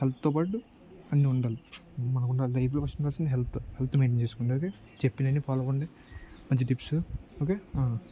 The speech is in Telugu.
హెల్త్తో పాటు అన్నీ ఉండాలి మనకు ఉండాలి లైఫ్లో ఫస్ట్ ఉండాల్సింది హెల్త్ హెల్త్ మెయింటైన్ చేసుకోండి అది చెప్పినవి అన్నీ ఫాలో కాండి మంచి టిప్స్ ఓకే